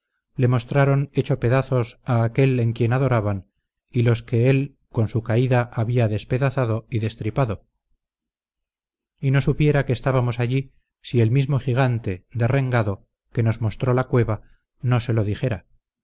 le mostraron hecho pedazos a aquel en quien adoraban y los que él con su caída había despedazado y destripado y no supiera que estábamos allí si el mismo gigante derrengado que nos mostró la cueva no se lo dijera